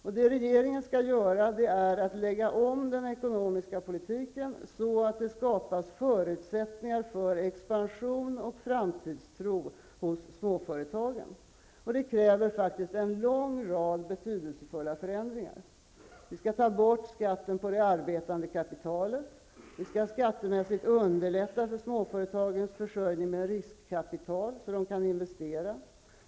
Det som regeringen skall göra är att lägga om den ekonomiska politiken så att det skapas förutsättningar för expansion och framtidstro hos småföretagen, och det kräver faktiskt en lång rad betydelsefulla förändringar. Vi skall ta bort skatten på det arbetande kapitalet. Vi skall skattemässigt underlätta småföretagens försörjning med riskkapital, så att de kan investera.